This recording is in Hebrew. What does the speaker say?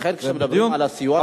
לכן כשמדברים על הסיוע,